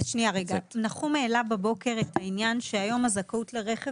נחום העלה בבוקר את העניין שהיום הזכאות לרכב